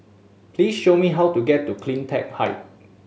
please show me how to get to Cleantech Height